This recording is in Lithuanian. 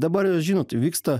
dabar žinot vyksta